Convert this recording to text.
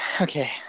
okay